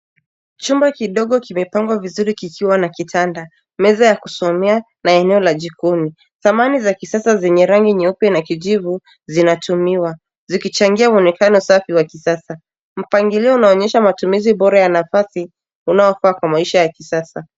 Chumba kidogo kimepangwa vizuri kikiwa na kitanda, meza ya kusomea na eneo la jikoni. Thamani za kisasa zenye rangi nyeupe na kijivu zinatumiwa zikichangia mwonekano safi wa kisasa. Mpangilio unaonyesha matumizi bora ya nafasi unaofaa kwa maisha ya kisasa.